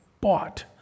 bought